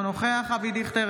אינו נוכח אבי דיכטר,